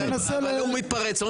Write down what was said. אבל הוא מתפרץ.